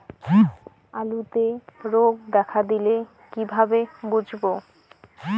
আলুতে রোগ দেখা দিলে কিভাবে বুঝবো?